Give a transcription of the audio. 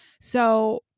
So-